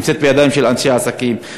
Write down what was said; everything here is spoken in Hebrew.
נמצאת בידיים של אנשי עסקים.